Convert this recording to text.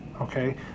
okay